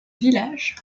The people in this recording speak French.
village